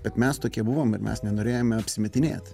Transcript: bet mes tokie buvom ir mes nenorėjome apsimetinėt